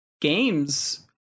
games